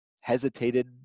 hesitated